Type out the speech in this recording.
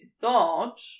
thought